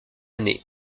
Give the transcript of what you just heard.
année